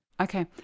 Okay